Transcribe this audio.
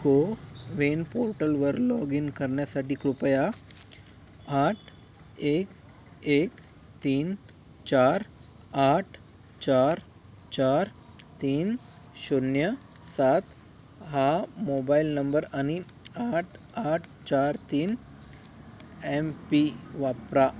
को विन पोर्टलवर log in करण्यासाठी कृपया आठ एक एक तीन चार आठ चार चार तीन शून्य सात हा मोबायल नंबर आणि आठ आठ चार तीन एम पी वापरा